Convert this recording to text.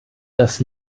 dass